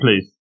please